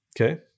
Okay